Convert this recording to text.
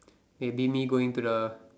maybe me going to the